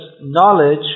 knowledge